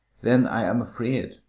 then i am afraid,